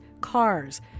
cars